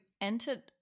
entered